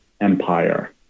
empire